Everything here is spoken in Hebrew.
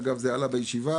זה עלה בישיבה